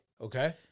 Okay